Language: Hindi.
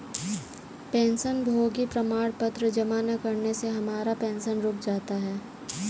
पेंशनभोगी प्रमाण पत्र जमा न करने से हमारा पेंशन रुक जाता है